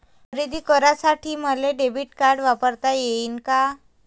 खरेदी करासाठी मले डेबिट कार्ड वापरता येईन का?